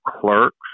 clerks